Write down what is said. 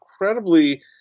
incredibly